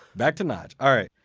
back to nyge! alright,